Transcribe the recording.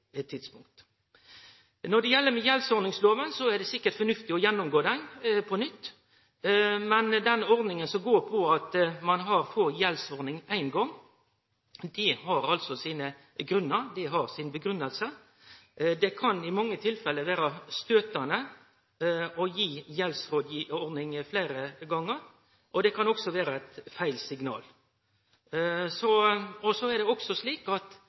tidspunkt. Når det gjeld gjeldsordningsloven, er det sikkert fornuftig å gjennomgå loven på nytt, men det at ein får gjeldsordning éin gong, har sine grunnar, har si grunngiving. Det kan i mange tilfelle vere støytande å få gjeldsordning fleire gonger, og det kan også vere eit feil signal. Så er det også slik at